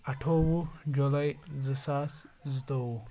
اَٹھووُہ جُلاے زٕ ساس زٕتووُہ